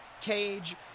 cage